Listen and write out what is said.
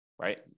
right